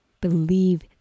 Believe